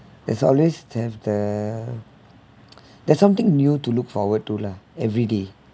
it's always to have the there's something new to look forward to lah everyday